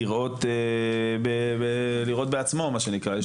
ולראות בעצמו, מה שנקרא.